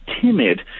timid